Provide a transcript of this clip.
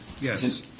Yes